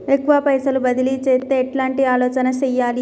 ఎక్కువ పైసలు బదిలీ చేత్తే ఎట్లాంటి ఆలోచన సేయాలి?